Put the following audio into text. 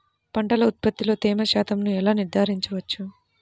పంటల ఉత్పత్తిలో తేమ శాతంను ఎలా నిర్ధారించవచ్చు?